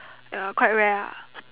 ya quite rare ah